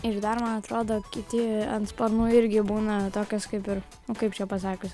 ir dar man atrodo kiti ant sparnų irgi būna tokios kaip ir kaip čia pasakius